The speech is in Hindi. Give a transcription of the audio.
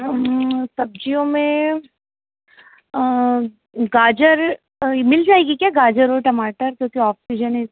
सब्ज़ियों में गाजर मिल जाएगी क्या गाजर और टमाटर क्योंकि ऑफ सीजन है इसलिए